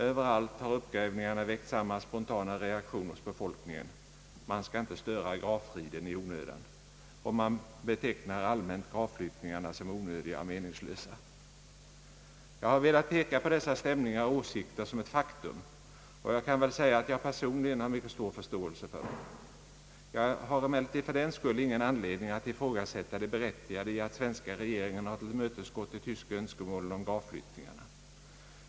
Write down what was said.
Överallt har uppgrävningarna väckt samma spontana reaktion hos befolkningen: man skall inte störa gravfriden i onödan. Och man betecknar allmänt gravflyttningarna som onödiga och meningslösa. Jag har velat peka på dessa stämningar och åsikter som ett faktum och jag kan väl säga att jag personligen har mycket stor förståelse för dem. Jag har emellertid fördenskull ingen anledning att ifrågasätta det berättigade i att svenska regeringen har tillmötesgått de tyska önskemålen om gravflyttningarna.